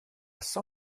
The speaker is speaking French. san